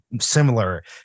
similar